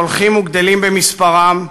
שהולכים וגדלים במספרם,